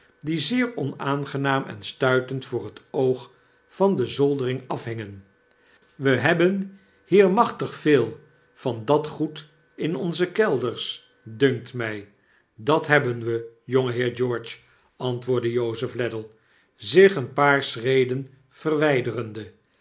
die zeer onaangenaam en stuitend voor het oog van de zoldering afhingen we hebben hier machtig veel van dat goed in onze kelders dunkt mij dat hebben we jongeheer george antwoordde jozef ladle zich een paar schreden verwijderende